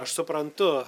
aš suprantu